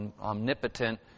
omnipotent